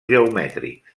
geomètrics